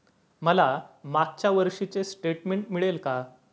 मला मागच्या वर्षीचे स्टेटमेंट मिळेल का?